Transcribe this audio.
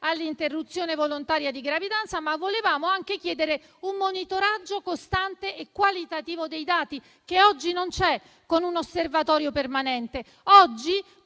all'interruzione volontaria di gravidanza, ma volevamo anche chiedere un monitoraggio costante e qualitativo dei dati che oggi non c'è, con un osservatorio permanente. Oggi